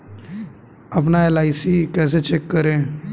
अपना एल.आई.सी कैसे चेक करें?